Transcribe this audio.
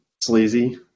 sleazy